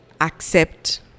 accept